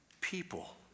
people